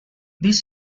this